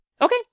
Okay